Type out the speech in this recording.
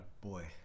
boy